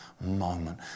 moment